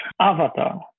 avatar